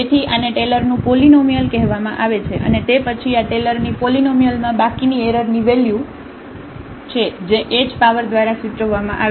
તેથી આને ટેલરનું પોલીનોમીઅલ કહેવામાં આવે છે અને તે પછી આ ટેલરની પોલીનોમીઅલ માં બાકીની એરરની વેલ્યુ છે જે h પાવર દ્વારા સૂચવવામાં આવે છે